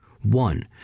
one